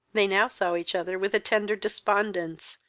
they now saw each other with a tender despondence,